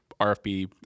rfp